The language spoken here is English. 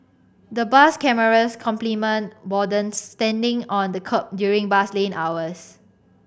the bus cameras complement wardens standing on the kerb during bus lane hours